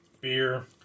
beer